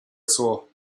saw